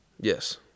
Yes